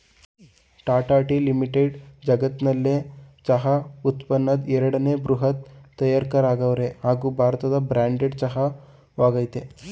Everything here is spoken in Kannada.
ಟಾಟಾ ಟೀ ಲಿಮಿಟೆಡ್ ಜಗತ್ನಲ್ಲೆ ಚಹಾ ಉತ್ಪನ್ನದ್ ಎರಡನೇ ಬೃಹತ್ ತಯಾರಕರಾಗವ್ರೆ ಹಾಗೂ ಭಾರತದ ಬ್ರ್ಯಾಂಡೆಡ್ ಚಹಾ ವಾಗಯ್ತೆ